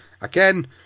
again